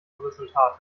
resultate